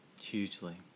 Hugely